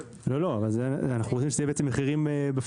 לא, לא, אנחנו רוצים שזה יהיה בעצם מחירים בפועל.